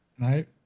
Right